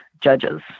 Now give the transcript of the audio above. judges